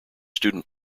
student